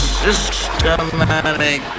systematic